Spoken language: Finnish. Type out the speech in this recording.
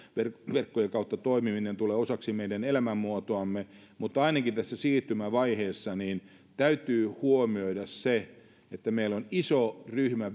verkkojen kautta toimiminen tulee osaksi meidän elämänmuotoamme mutta ainakin tässä siirtymävaiheessa täytyy huomioida se että meillä on väestössä iso ryhmä